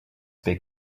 big